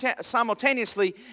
simultaneously